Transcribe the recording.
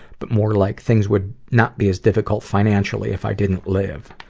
but more like, things would not be as difficult financially if i didn't live.